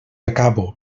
acabo